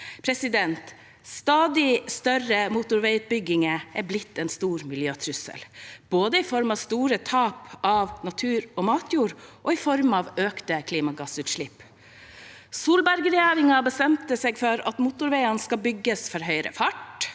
Stadig større motorveiutbygginger er blitt en stor miljøtrussel, både i form av store tap av natur og matjord og i form av økte klimagassutslipp. Solbergregjeringen bestemte seg for at motorveiene skal bygges for høyere fart,